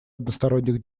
односторонних